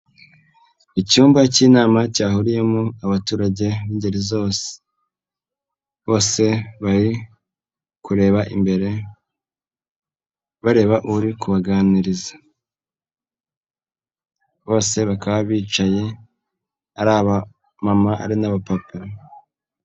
Icyumba cy'inama cyahuriyemo abaturage b'ingeri zose. Bose bari kureba imbere bareba urikubaganiriza. Bose bakaba bicaye, ari abamama, ari n'abapapa.